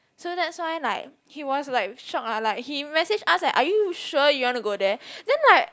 so that's why like he was like shock ah like he message us eh are you sure you wanna go there then like